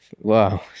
Wow